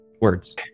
Words